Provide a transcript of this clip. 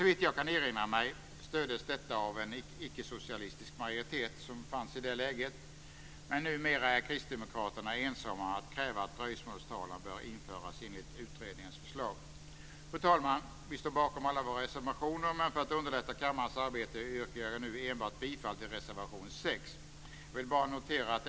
Såvitt jag kan erinra mig stöddes detta av den icke-socialistiska majoritet som fanns i det läget. Numera är Kristdemokraterna ensamma om att kräva att dröjsmålstalan bör införas enligt utredningens förslag. Fru talman! Vi kristdemokrater står bakom alla våra reservationer men för att underlätta kammarens arbete yrkar jag bifall enbart till reservation 6.